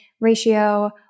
ratio